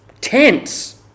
tense